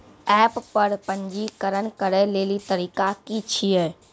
App पर पंजीकरण करै लेली तरीका की छियै?